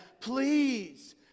Please